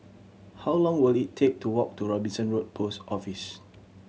how long will it take to walk to Robinson Road Post Office